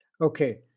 Okay